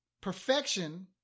Perfection